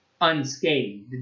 unscathed